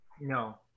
no